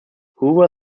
hoover